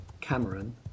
Cameron